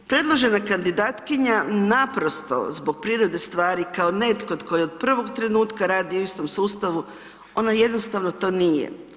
Predložena kandidatkinja naprosto zbog prirode stvari kao netko tko je od prvog trenutka radio u istom sustavu, ona jednostavno to nije.